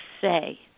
say